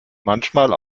manchmal